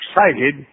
excited